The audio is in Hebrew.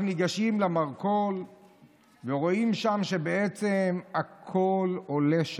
ניגשים למרכול ורואים שם שבעצם הכול עולה,